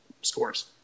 scores